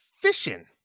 fishing